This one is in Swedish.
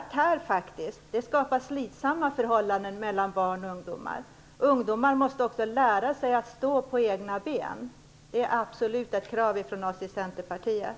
Det tär faktiskt på familjen, och skapar slitsamma förhållanden mellan ungdomar och föräldrar. Ungdomar måste lära sig att stå på egna ben. Det är ett absolut krav från oss i Centerpartiet.